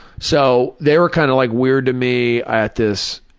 so they were kind of like weird to me at this,